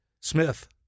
Smith